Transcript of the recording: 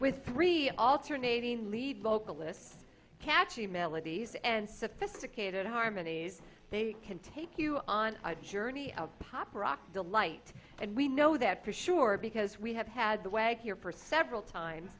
with three alternating lead vocalists catchy melodies and sophisticated harmonies they can take you on a journey of pop rock delight and we know that for sure because we have had the way here for several times